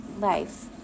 life